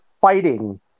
fighting